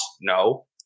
No